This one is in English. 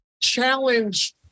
challenge